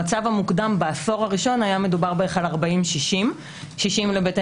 המצב המוקדם בעשור הראשון היה מדובר ב-60% לבתי